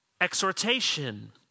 Exhortation